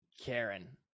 Karen